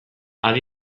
adi